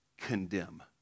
Condemn